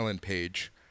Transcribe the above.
Page